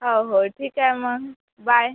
हो हो ठीक आहे मग बाय